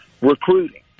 recruiting